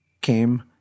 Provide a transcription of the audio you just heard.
came